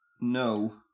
No